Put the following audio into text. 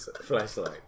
Flashlight